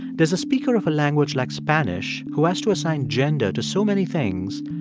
does a speaker of a language, like spanish, who has to assign gender to so many things,